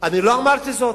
אתה יודע שאני נגד הערבים?